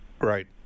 Right